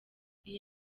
iyi